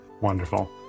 Wonderful